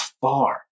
far